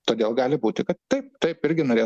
todėl gali būti kad taip taip irgi norės